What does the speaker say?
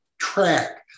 track